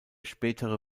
spätere